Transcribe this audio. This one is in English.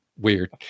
weird